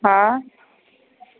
हा